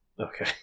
okay